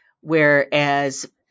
whereas